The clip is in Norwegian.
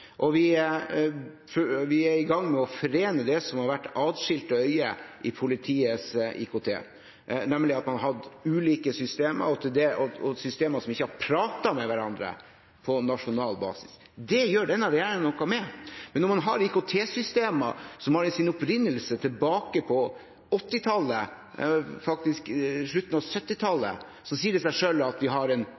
og vi er i gang med å forene det som har vært atskilte øyer i politiets IKT, nemlig at man hadde ulike systemer og systemer som ikke har pratet med hverandre på nasjonal basis. Det gjør denne regjeringen noe med. Men når man har IKT-systemer som har sin opprinnelse tilbake til 1980-tallet, faktisk til slutten av 1970-tallet, sier det seg selv at vi har en